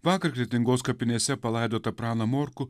vakar kretingos kapinėse palaidotą praną morkų